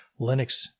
Linux